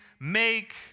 make